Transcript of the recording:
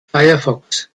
firefox